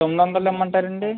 తొమ్మిది వందలది ఇమ్మంటారండి